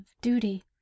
duty